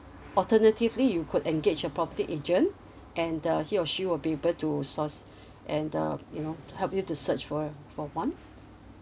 alternatively you could engage a property agent and the he or she will be able to source and um you know help you to search for for one